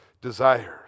desires